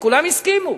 וכולם הסכימו.